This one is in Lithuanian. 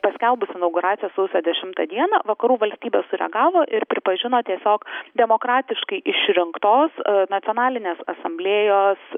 paskelbus inauguraciją sausio dešimtą dieną vakarų valstybės sureagavo ir pripažino tiesiog demokratiškai išrinktos nacionalinės asamblėjos